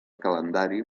calendari